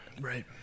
Right